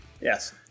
Yes